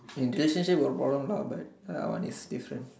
in relationship got problem lah but that one is different